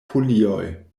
folioj